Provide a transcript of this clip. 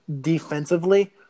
defensively